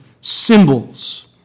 symbols